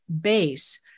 base